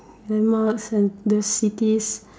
landmarks and the cities